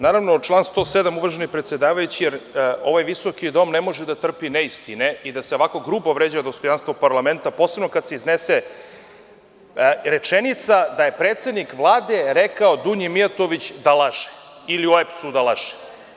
Naravno, član 107, uvaženi predsedavajući, jer ovaj visoki dom ne može da trpi neistine i da se ovako grubo vređa dostojanstvo parlamenta posebno kada se iznese rečenica da je predsednik Vlade rekao Dunji Mijatović da laže ili OEBS da laže.